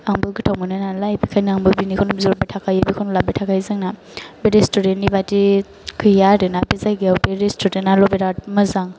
आंबो गोथाव मोनो नालाय बेनिखायनो आंबो बेनिखौनो बिहरबाय थाखायो बेनिखौनो लाबोबाय थाखायो जोंना बे रेस्टुरेन्ट नि बादि गैया आरोना बे जायगायाव बे रेस्टुरेन्ट आल' बिराद मोजां